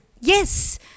yes